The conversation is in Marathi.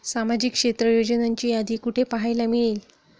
सामाजिक क्षेत्र योजनांची यादी कुठे पाहायला मिळेल?